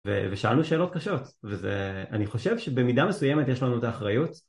ושאלנו שאלות קשות, ואני חושב שבמידה מסוימת יש לנו את האחריות.